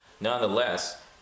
nonetheless